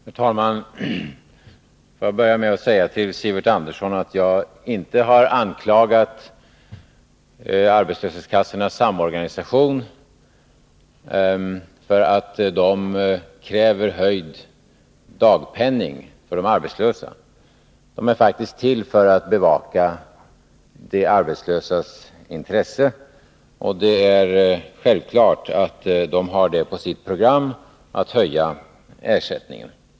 Herr talman! Jag vill börja med att säga till Sivert Andersson att jag inte har anklagat arbetslöshetskassornas samorganisation för att den kräver höjd dagpenning för de arbetslösa. Samorganisationen är faktiskt till för att bevaka de arbetslösas intressen. Självklart har den på sitt program att höja ersättningen.